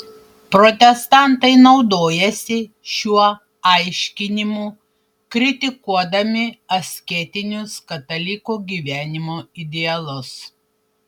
protestantai naudojasi šiuo aiškinimu kritikuodami asketinius katalikų gyvenimo idealus